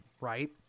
right